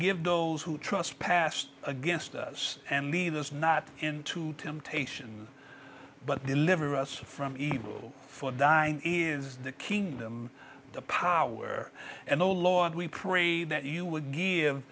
forgive those who trespass against us and lead us not into temptation but deliver us from evil for dying is the kingdom the power and the lord we pray that you would g